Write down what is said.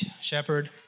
shepherd